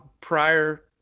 prior